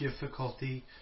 difficulty